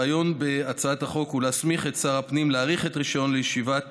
הרעיון בהצעת החוק הוא להסמיך את שר הפנים להאריך את הרישיון לישיבת